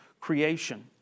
creation